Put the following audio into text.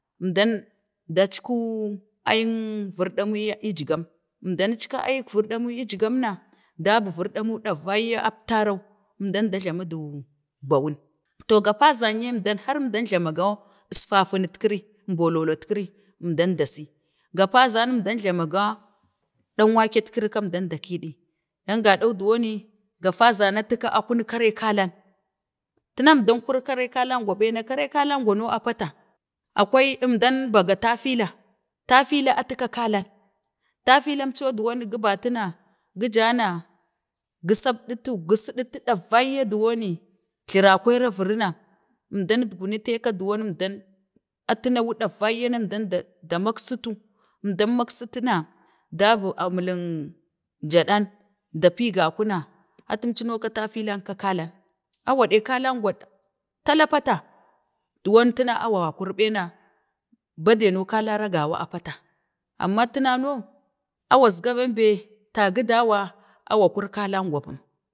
əmdan datch ku ayang virdamin ee gam, əmdan nweka ayuk virdamun ech gam na dabu virdamu, davayya aptarau, əmdan da jlamu du bawun. To gapazan yee, har əmdan jlama yo əstafinnitkiri, bololotkiri, əmdan da see, gapazan, əmda jlama ga əan waketkiri ka əmdan da kiɗi dan ga ɗon duwuni, gapazau, atu ka, a kunuk kare kalang, tinan əmdan kuru, karek kalan gu ɓena, kari kalan go no a pata, akwai əmdan baga tafila, tafila atu na ka kalen, tafilam co duwan ni gu batu na gi ja na gi sapdutu ga sidatu ɗavayya, dowomi flaralewanra viruna, əmdan nutgunetu aka duwoni əmdan, etu nawu davayya da mak sutu, əmdan. aksatu na dabu umlalang gyaɗan dapi gaku na atun cuno ka tapilan ka kaka awa ɗeng kaleng gwa tala pata duwan tina awa kuru ɓuna bade no kalara gawa a pata amma tuna no awasga bembe tasi da wa awa kuri kalang go pum